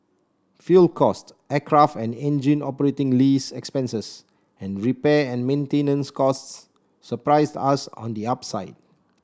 fuel cost aircraft and engine operating lease expenses and repair and maintenance costs surprised us on the upside